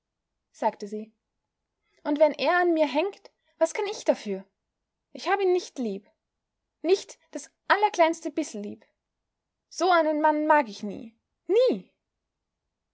sagte sie und wenn er an mir hängt was kann ich dafür ich hab ihn nicht lieb nicht das allerkleinste bissel lieb so einen mann mag ich nie nie